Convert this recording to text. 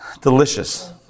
Delicious